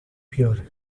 pior